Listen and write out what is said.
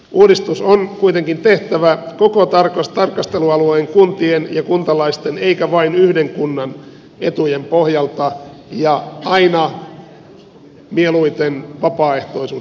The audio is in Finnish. uudistus on kuitenkin tehtävä koko tarkastelualueen kuntien ja kuntalaisten eikä vain yhden kunnan etujen pohjalta ja aina mieluiten vapaaehtoisuuden pohjalta